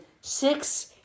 six